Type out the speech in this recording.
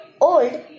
old